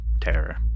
terror